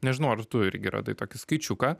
nežinau ar tu irgi radai tokį skaičiuką